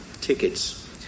tickets